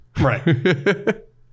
right